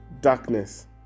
darkness